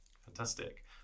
Fantastic